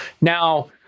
Now